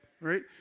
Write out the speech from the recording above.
right